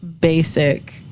basic